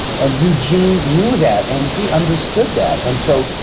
and eugene knew that, and he understood that. and so,